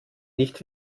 nicht